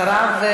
אחריו,